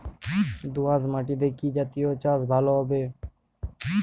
দোয়াশ মাটিতে কি জাতীয় চাষ ভালো হবে?